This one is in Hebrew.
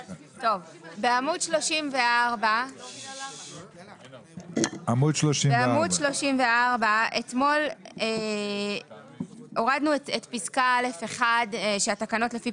בעמוד 34. אתמול הורדנו את פסקה (א1) שהתקנות לפי